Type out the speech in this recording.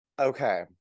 Okay